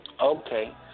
Okay